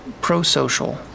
pro-social